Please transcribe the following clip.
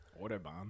Autobahn